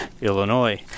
Illinois